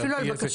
אפילו על בקשות?